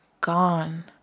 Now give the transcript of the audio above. gone